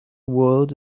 world